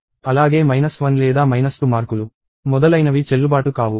అలాగే మైనస్ 1 లేదా మైనస్ 2 మార్కులు మొదలైనవి చెల్లుబాటు కావు